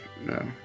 No